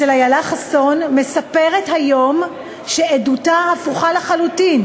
אצל איילה חסון, מספרת היום שעדותה הפוכה לחלוטין.